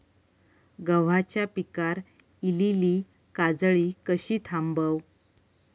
गव्हाच्या पिकार इलीली काजळी कशी थांबव?